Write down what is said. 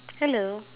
hello